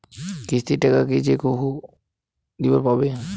কিস্তির টাকা কি যেকাহো দিবার পাবে?